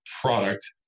product